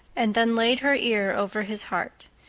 and then laid her ear over his heart.